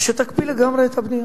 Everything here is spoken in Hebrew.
אז שתקפיא לגמרי את הבנייה.